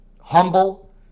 humble